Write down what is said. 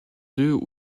deux